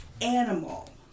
animal